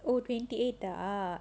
oh twenty eight ah